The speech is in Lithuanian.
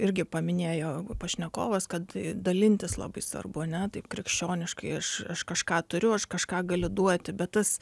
irgi paminėjo pašnekovas kad dalintis labai svarbu ane taip krikščioniškai aš aš kažką turiu aš kažką galiu duoti bet tas